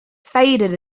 faded